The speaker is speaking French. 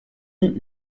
eut